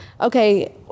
Okay